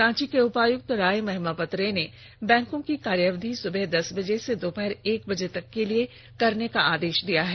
रांची के उपायुक्त राय महिमापत रे ने बैंकों की कार्यावधि सुबह दस बजे से दोपहर एक बजे तक के लिए करने का आदेष दिया है